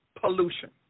pollution